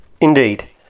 Indeed